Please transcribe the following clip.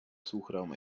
suchraum